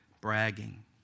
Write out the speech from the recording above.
bragging